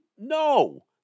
No